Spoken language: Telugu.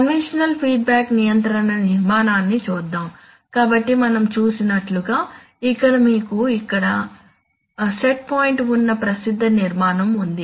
కన్వెన్షనల్ ఫీడ్బ్యాక్ నియంత్రణ నిర్మాణాన్ని చూద్దాం కాబట్టి మనం చూసినట్లుగా ఇక్కడ మీకు ఇక్కడ సెట్ పాయింట్ ఉన్న ప్రసిద్ధ నిర్మాణం ఉంది